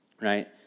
right